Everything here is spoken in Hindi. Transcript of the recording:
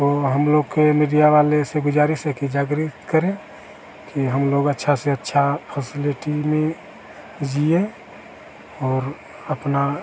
तो हम लोग के मिडिया वाले से गुजारिश है कि जागृत करें कि हम लोग अच्छा से अच्छा फेसिलिटी में जिएं और अपना